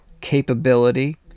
Capability